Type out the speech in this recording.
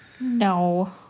No